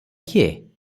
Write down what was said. କିଏ